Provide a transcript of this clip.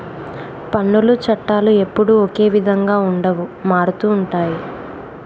పన్నుల చట్టాలు ఎప్పుడూ ఒకే విధంగా ఉండవు మారుతుంటాయి